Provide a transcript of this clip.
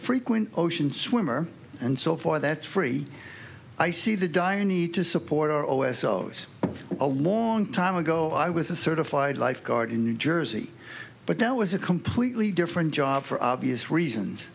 frequent ocean swimmer and so for that free i see the dire need to support her o s o a long time ago i was a certified lifeguard in new jersey but there was a completely different job for obvious reasons